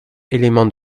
éléments